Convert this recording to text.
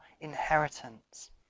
inheritance